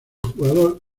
jugador